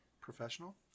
professional